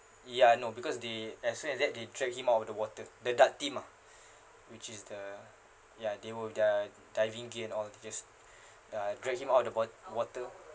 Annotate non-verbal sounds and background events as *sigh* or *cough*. ya no because they as soon as that they drag him out of the water the DART team ah *breath* which is the ya they will their diving gear and all just uh dragged him out of the wa~ water